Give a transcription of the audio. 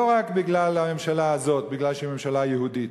לא רק בגלל הממשלה הזאת, בגלל שהיא ממשלה יהודית,